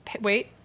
Wait